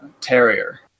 terrier